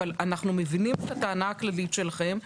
ואנחנו מבינים את הטענה הכללית שלכם,